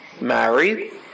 married